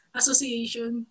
association